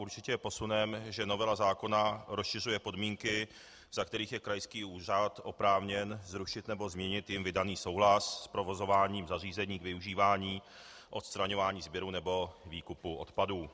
Určitě je posunem, že novela zákona rozšiřuje podmínky, za kterých je krajský úřad oprávněn zrušit nebo změnit jím vydaný souhlas s provozováním zařízení k využívání, odstraňování, sběru nebo výkupu odpadu.